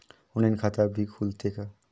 Online खाता भी खुलथे का?